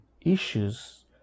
issues